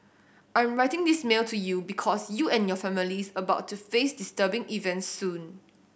I'm writing this mail to you because you and your families about to face disturbing events soon